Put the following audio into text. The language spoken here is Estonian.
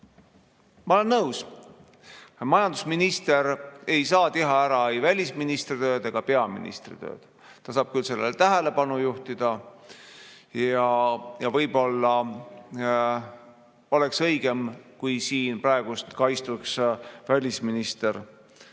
Ma olen nõus, et majandusminister ei saa teha ära ei välisministri ega peaministri tööd. Ta saab küll sellele [teemale] tähelepanu juhtida. Võib-olla oleks õigem, kui siin praegu istuks ka välisminister.